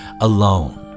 alone